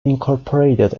incorporated